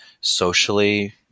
socially